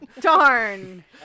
Darn